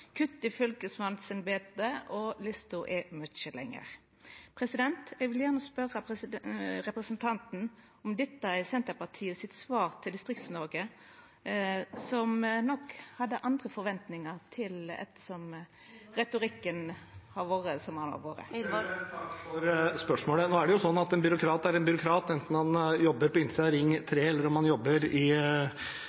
kutt i fylkesmannsembete – og lista er mykje lenger. Eg vil gjerne spørja representanten om dette er Senterpartiet sitt svar til , Distrikts-Noreg, som nok hadde andre forventningar, ettersom retorikken har vore som han har vore. Takk for spørsmålet. Nå er det sånn at en byråkrat er en byråkrat, enten han jobber på